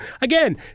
Again